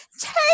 Take